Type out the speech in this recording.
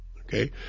okay